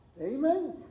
Amen